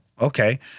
okay